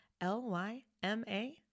L-Y-M-A